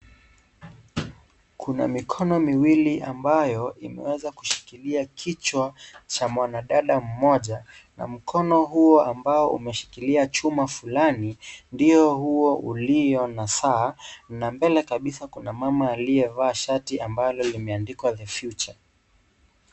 Kuna mikono miwili ambayo imeanza kushikilia kichwa cha mwanadada mmoja na mkono huo ambao umeshikilia chuma fulani ndio huo ulio na saa na mbele kabisa kuna mama aliyevaa shati ambalo limeandikwa " The Future ".